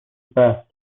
بحث